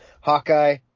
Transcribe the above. Hawkeye